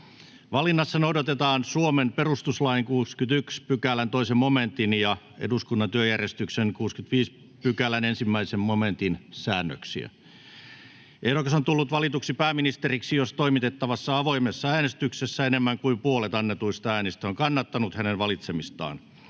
Valinnassa noudatetaan Suomen perustuslain 61 §:n 2 momentin ja eduskunnan työjärjestyksen 65 §:n 1 momentin säännöksiä. Ehdokas on tullut valituksi pääministeriksi, jos toimitettavassa avoimessa äänestyksessä enemmän kuin puolet annetuista äänistä on kannattanut hänen valitsemistaan.